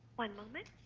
one moment.